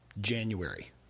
January